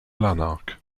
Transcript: lanark